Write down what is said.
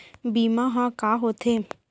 बीमा ह का होथे?